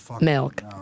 milk